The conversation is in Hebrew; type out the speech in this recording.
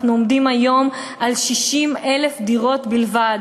אנחנו עומדים היום על 60,000 דירות בלבד.